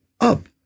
up